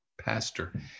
pastor